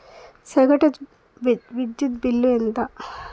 సగటు విద్యుత్ బిల్లు ఎంత?